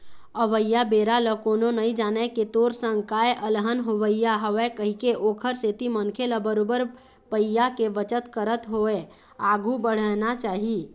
अवइया बेरा ल कोनो नइ जानय के तोर संग काय अलहन होवइया हवय कहिके ओखर सेती मनखे ल बरोबर पइया के बचत करत होय आघु बड़हना चाही